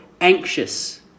anxious